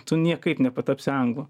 tu niekaip nepatapsi anglu